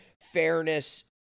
fairness